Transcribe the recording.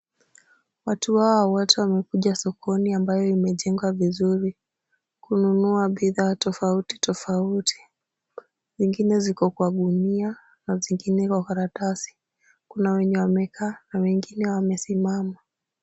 Watu hawa wote wamekuja sokoni ambayo imejengwa vizuri kununua bidhaa tofautitofauti. Zingine ziko kwa gunia na zingine kwa karatasi. Kuna wenye wamekaa na wengine wamesimama.